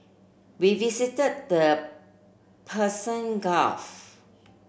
we visited the Persian Gulf